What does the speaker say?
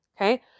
okay